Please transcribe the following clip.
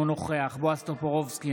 אינו נוכח בועז טופורובסקי,